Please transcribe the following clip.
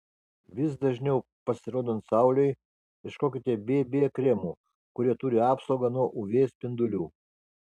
vis dažniau pasirodant saulei ieškokite bb kremų kurie turi apsaugą nuo uv spindulių